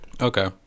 Okay